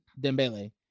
Dembele